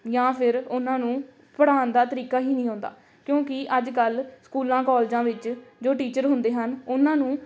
ਜਾਂ ਫਿਰ ਉਹਨਾਂ ਨੂੰ ਪੜ੍ਹਾਉਣ ਦਾ ਤਰੀਕਾ ਹੀ ਨਹੀਂ ਆਉਂਦਾ ਕਿਉਂਕਿ ਅੱਜ ਕੱਲ੍ਹ ਸਕੂਲਾਂ ਕੋਲਜਾਂ ਵਿੱਚ ਜੋ ਟੀਚਰ ਹੁੰਦੇ ਹਨ ਉਹਨਾਂ ਨੂੰ